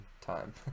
time